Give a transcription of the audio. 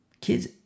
kids